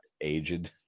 aged